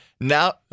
Now